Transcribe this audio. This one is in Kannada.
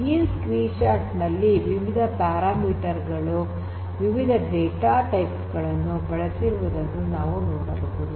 ಈ ಸ್ಕ್ರೀನ್ ಶಾಟ್ ನಲ್ಲಿ ವಿವಿಧ ಪ್ಯಾರಾಮೀಟರ್ ಗಳು ವಿವಿಧ ಡೇಟಾ ಟೈಪ್ ಗಳನ್ನು ಬಳಸಿರುವುದನ್ನು ನೋಡಬಹುದು